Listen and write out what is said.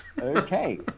Okay